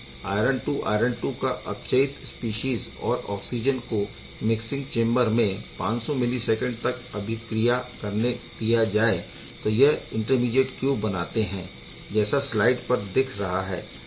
यदि iron II iron II का अपचयित स्पीशीज़ और ऑक्सिजन को मिक्सिंग चेम्बर में 500 मिलीसैकेन्ड तक अभिक्रिया करने दिया जाए तो यह इंटरमीडीएट Q बनाते हैंजैसा स्लाइड पर दिख रहा है